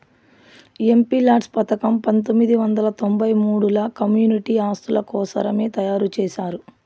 MPLADS పథకం పంతొమ్మిది వందల తొంబై మూడుల కమ్యూనిటీ ఆస్తుల కోసరమే తయారు చేశారు